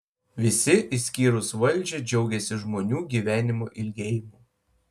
visi išskyrus valdžią džiaugiasi žmonių gyvenimo ilgėjimu